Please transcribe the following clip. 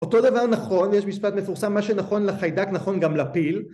‫אותו דבר נכון, יש משפט מפורסם ‫מה שנכון לחיידק נכון גם לפיל.